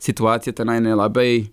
situacija tenai nelabai